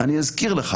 אני אזכיר לך